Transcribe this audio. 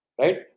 Right